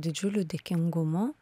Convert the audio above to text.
didžiuliu dėkingumu